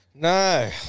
No